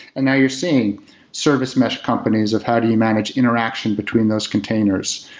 and now you're seeing service mesh companies of how do you manage interactions between those containers?